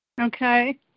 Okay